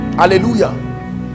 hallelujah